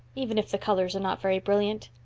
even if the colors are not very brilliant?